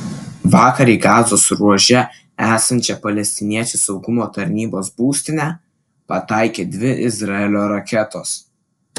vakar į gazos ruože esančią palestiniečių saugumo tarnybos būstinę pataikė dvi izraelio raketos